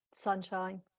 sunshine